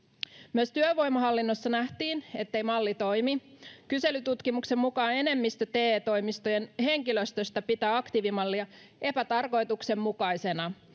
myös työvoimahallinnossa nähtiin ettei malli toimi kyselytutkimuksen mukaan enemmistö te toimistojen henkilöstöstä pitää aktiivimallia epätarkoituksenmukaisena